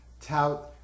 tout